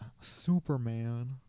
superman